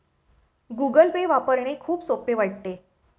Google Pay वापरणे खूप सोपे वाटते